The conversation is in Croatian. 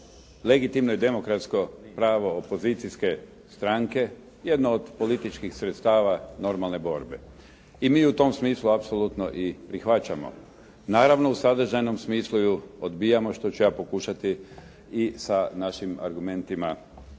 legitimno je demokratsko pravo opozicijske stranke. Jedno od političkih sredstava normalne borbe. I mi u tom smislu apsolutno i prihvaćamo, naravno u sadržajnom smislu ju odbijamo što ću ja pokušati i sa našim argumentima